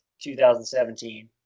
2017